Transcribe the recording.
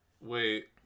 Wait